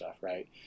right